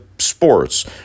Sports